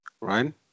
Ryan